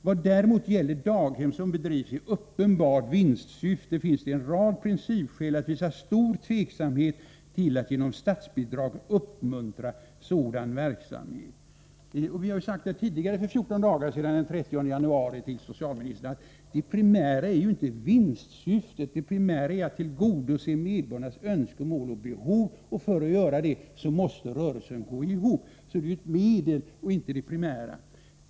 Vad däremot gäller daghem som bedrivs i uppenbart vinstsyfte finns det en rad principskäl att visa stor tveksamhet till att genom statsbidrag uppmuntra sådan verksamhet.” Vi sade för fjorton dagar sedan, den 30 januari, till socialministern att det primära ju inte är vinstsyftet, utan att det primära är att tillgodose medborgarnas önskemål och behov. För att man skall kunna göra det måste rörelsen gå ihop. Detta är alltså ett medel — inte det primära.